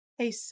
Hey